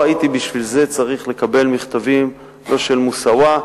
בשביל זה לא הייתי צריך לקבל מכתבים לא של "מוסאוא"